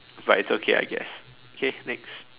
but it's okay I guess okay next